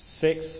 Six